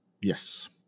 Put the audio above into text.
Yes